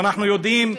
ואנחנו יודעים,